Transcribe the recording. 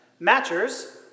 matchers